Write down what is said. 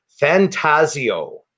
Fantasio